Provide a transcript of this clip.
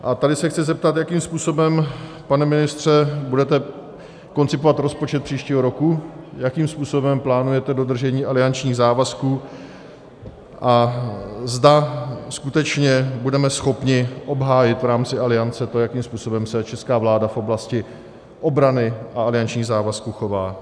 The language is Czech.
A tady se chci zeptat, jakým způsobem, pane ministře, budete koncipovat rozpočet příštího roku, jakým způsobem plánujete dodržení aliančních závazků a zda skutečně budeme schopni obhájit v rámci Aliance to, jakým způsobem se česká vláda v oblasti obrany a aliančních závazků chová.